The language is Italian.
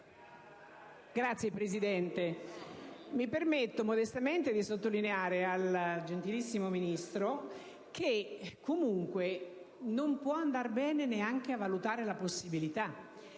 Presidente, mi permetto modestamente di sottolineare al gentilissimo Ministro che comunque non possono andare bene neanche le parole: «a valutare la possibilità